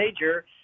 major